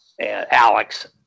Alex